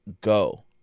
go